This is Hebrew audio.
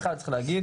בכלל, צריך להגיד